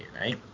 right